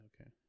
Okay